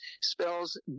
spells